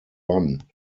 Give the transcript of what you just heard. wann